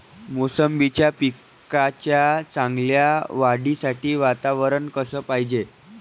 मोसंबीच्या पिकाच्या चांगल्या वाढीसाठी वातावरन कस पायजे?